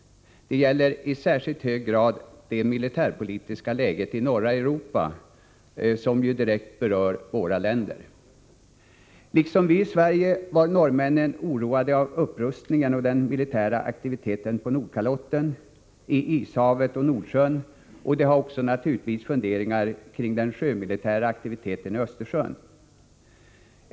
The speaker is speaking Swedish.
Detta gäller i särskilt hög grad det militärpolitiska läget i norra Europa, som ju direkt berör våra länder. Liksom vi i Sverige var norrmännen oroade av upprustningen och den militära aktiviteten på Nordkalotten, i Ishavet och i Nordsjön, och de hade naturligtvis också funderingar om den sjömilitära aktiviteten i Östersjön.